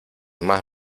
más